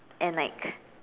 and like